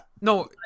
No